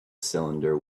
cylinder